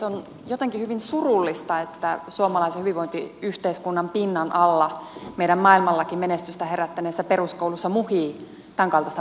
on jotenkin hyvin surullista että suomalaisen hyvinvointiyhteiskunnan pinnan alla meidän maailmallakin menestystä herättäneessä peruskoulussa muhii tämänkaltaista pahoinvointia